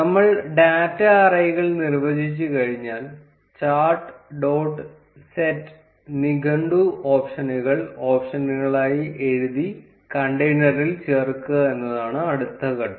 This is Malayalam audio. നമ്മൾ ഡാറ്റ അറേകൾ നിർവ്വചിച്ചുകഴിഞ്ഞാൽ ചാർട്ട് ഡോട്ട് സെറ്റ് നിഘണ്ടു ഓപ്ഷനുകൾ ഓപ്ഷനുകളായി എഴുതി കണ്ടെയ്നറിൽ ചേർക്കുക എന്നതാണ് അടുത്ത ഘട്ടം